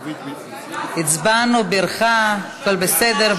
הצבענו, בירכה, הכול בסדר.